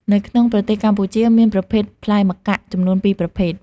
នៅក្នុងប្រទេសកម្ពុជាមានប្រភេទផ្លែម្កាក់ចំនួន ពីរប្រភេទ។